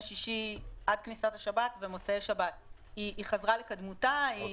שישי עד כניסת השבת ובמוצאי שבת חזרה לקדמותה?